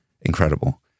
incredible